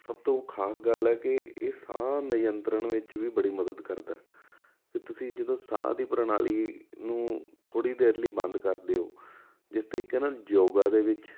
ਸਭ ਤੋਂ ਖਾਸ ਗੱਲ ਹੈ ਕਿ ਇਹ ਸਾਹ ਨਿਯੰਤਰਣ ਵਿੱਚ ਵੀ ਬੜੀ ਮਦਦ ਕਰਦਾ ਅਤੇ ਤੁਸੀਂ ਜਦੋਂ ਸਾਹ ਦੀ ਪ੍ਰਣਾਲੀ ਨੂੰ ਥੋੜ੍ਹੀ ਦੇਰ ਲਈ ਬੰਦ ਕਰ ਦਿਉ ਜਿਸ ਤਰੀਕੇ ਨਾਲ ਯੋਗਾ ਦੇ ਵਿੱਚ